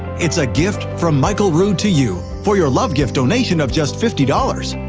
it's a gift from michael rood to you for your love gift donation of just fifty dollars.